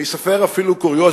אני אספר אפילו קוריוז,